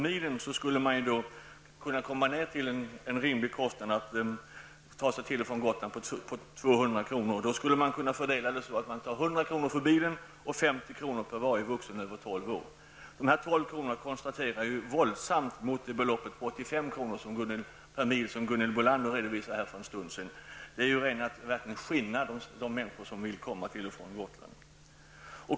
milen skulle man kunna komma ner till en rimlig kostnad för att ta sig till och från Gotland för 200 kr. Då skulle man kunna fördela kostnaderna så att man tar 100 kr. för bilen och 50 Dessa 12 kr. kontrasterar ju våldsamt mot det belopp på 85 kr. per mil som Gunhild Bolander redovisade för en stund sedan. Det är verkligen att skinna de människor som vill komma till och från Gotland?